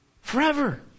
forever